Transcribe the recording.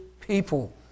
people